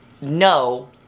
no